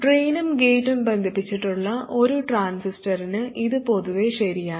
ഡ്രെയിനും ഗേറ്റും ബന്ധിപ്പിച്ചിട്ടുള്ള ഒരു ട്രാൻസിസ്റ്ററിന് ഇത് പൊതുവെ ശരിയാണ്